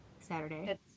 Saturday